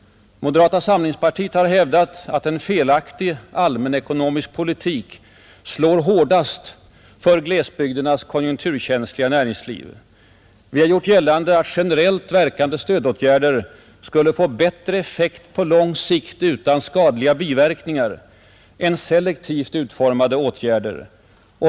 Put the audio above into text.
Moderata samlingspartiet har hävdat att en felaktig allmänekonomisk politik slår hårdast för glesbygdernas konjunkturkänsliga näringsliv. Vi har gjort gällande att generellt verkande stödåtgärder skulle få bättre effekt på lång sikt utan skadliga biverkningar än selektivt utformade åtgärder.